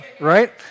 right